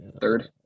Third